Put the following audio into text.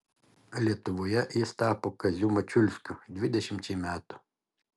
lietuvoje jis tapo kaziu mačiulskiu dvidešimčiai metų